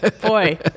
boy